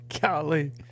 Golly